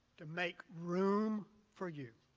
to make room for you